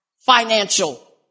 financial